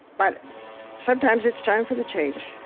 but sometimes it's time for the change